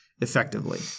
effectively